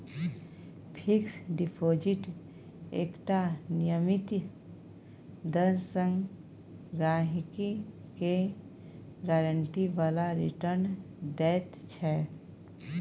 fix deposit एकटा नियमित दर सँ गहिंकी केँ गारंटी बला रिटर्न दैत छै